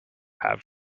have